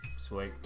sweet